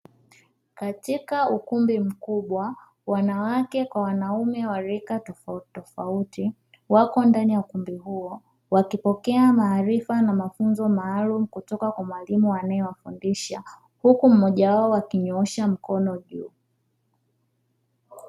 Katika ukumbi mkubwa, wanawake kwa wanaume wa rika tofautitofauti, wapo ndani ya ukumbi huo wakipokea maarifa na mafunzo maalumu kutoka kwa mwalimu anayewafundisha. Huku mmoja wao akinyoosha mkono juu.